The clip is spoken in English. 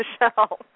Michelle